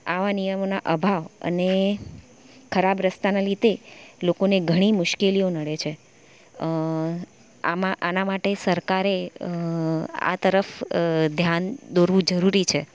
આવા નિયમોના અભાવ અને ખરાબ રસ્તાના લીધે લોકોને ઘણી મુશ્કેલીઓ નડે છે આમાં આના માટે સરકારે આ તરફ ધ્યાન દોરવું જરૂરી છે